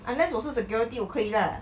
unless 我是 security 我可以 lah